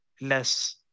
less